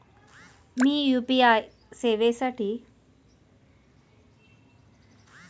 मी UPI सेवेसाठी माझ्या खात्याची माहिती भरली